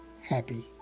happy